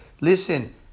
listen